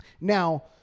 Now